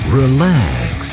relax